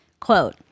Quote